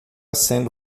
sendo